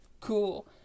cool